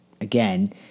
again